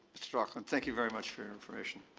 mr. laughlin, thank you very much for your information.